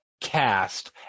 cast